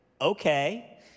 okay